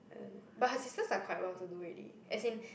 I don't know but her sisters are quite well to do already as in